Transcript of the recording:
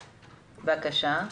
בבקשה.